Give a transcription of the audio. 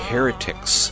Heretics